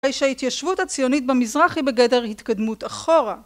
אחרי שההתיישבות הציונית במזרח היא בגדר התקדמות אחורה